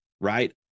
right